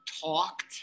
talked